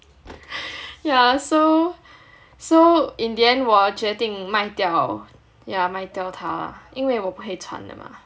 yeah so so in the end 我决定卖掉 yeah 卖掉他因为我不可以穿了 mah